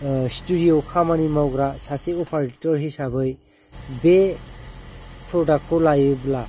स्टुदिअआव खामानि मावग्रा सासे अपारेटर हिसाबै बे प्रदागखौ लायोब्ला